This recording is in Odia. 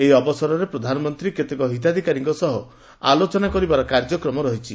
ଏହି ଅବସରରେ ପ୍ରଧାନମନ୍ତୀ କେତେକ ହିତାଧିକାରୀଙ୍କ ସହ ଆଲୋଚନା କରିବାର କାର୍ଯ୍ୟକ୍ରମ ରହିଛି